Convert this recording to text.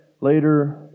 later